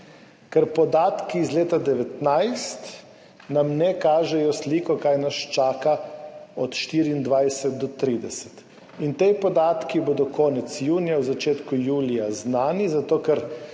nam podatki iz leta 2019 ne kažejo slike, kaj nas čaka od 2024 do 2030. In ti podatki bodo konec junija, v začetku julija znani, zato ker